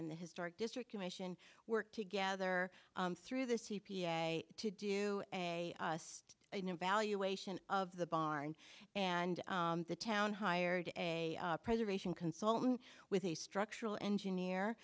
in the historic district commission worked together through the c p a to do a us a new evaluation of the barn and the town hired a preservation consultant with a structural engineer